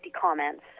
comments